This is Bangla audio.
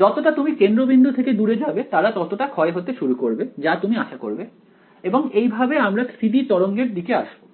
যতটা তুমি কেন্দ্রবিন্দু থেকে দূরে যাবে তারা ততটা ক্ষয় হতে শুরু করবে যা তুমি আশা করবে এবং এই ভাবে আমরা 3 D তরঙ্গের দিকে আসবো